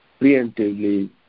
preemptively